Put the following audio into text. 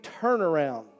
turnaround